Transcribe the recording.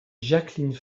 jacqueline